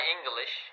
English